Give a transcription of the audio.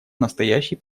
настоящей